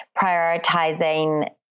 prioritizing